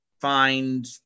find